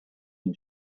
and